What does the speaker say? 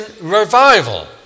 revival